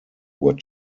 were